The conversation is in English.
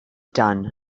done